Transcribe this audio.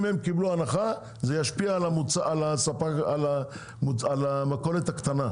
אם הם קיבלו הנחה זה ישפיע על המכולת הקטנה.